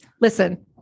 listen